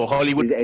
Hollywood